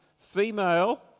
female